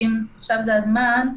אם עכשיו זה הזמן,